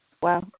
Wow